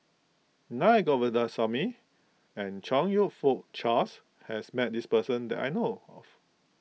Naa Govindasamy and Chong You Fook Charles has met this person that I know of